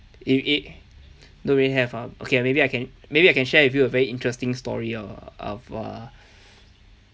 if if don't really have ah okay lah maybe I can maybe I can share with you a very interesting story err of err